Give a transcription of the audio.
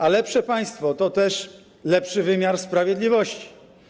A lepsze państwo to też lepszy wymiar sprawiedliwości.